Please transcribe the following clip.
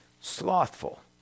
slothful